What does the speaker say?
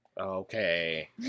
Okay